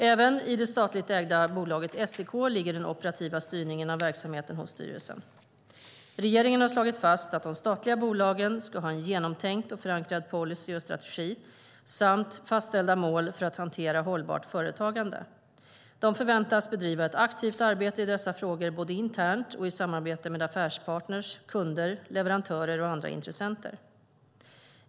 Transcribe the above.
Även i det statligt ägda bolaget SEK ligger den operativa styrningen av verksamheten hos styrelsen. Regeringen har slagit fast att de statliga bolagen ska ha en genomtänkt och förankrad policy och strategi samt fastställda mål för att hantera hållbart företagande. De förväntas bedriva ett aktivt arbete i dessa frågor både internt och i samarbete med affärspartners, kunder, leverantörer och andra intressenter.